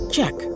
Check